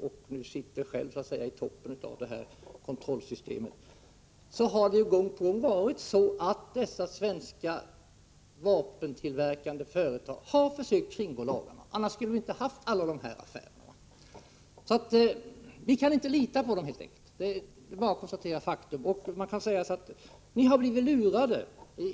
och sitter nu så att säga i toppen av kontrollsystemet — gång på gång försökt kringgå lagarna; annars skulle vi inte ha haft alla dessa affärer. Vi kan helt enkelt inte lita på dem. Det är bara att konstatera faktum — regeringen och krigsmaterielinspektionen har blivit lurade.